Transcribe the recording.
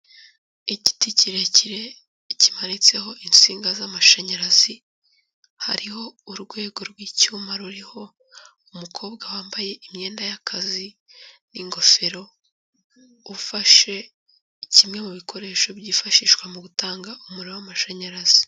Igiti kirekire kimanitseho insinga z'amashanyarazi hariho urwego rw'icyuma ruriho umukobwa wambaye imyenda y'akazi n'ingofero ufashe kimwe mu bikoresho byifashishwa mu gutanga umuriro w'amashanyarazi.